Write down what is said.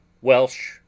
welsh